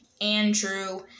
Andrew